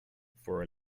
for